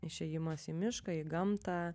išėjimas į mišką į gamtą